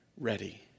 ready